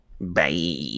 Bye